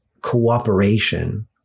cooperation